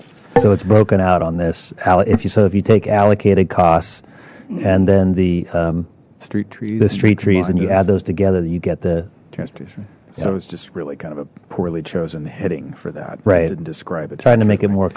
so it's broken out on this if you saw if you take allocated costs and then the street tree the street trees and you add those together you get the transportation so it's just really kind of a poorly chosen heading for that right and describe it trying to make it more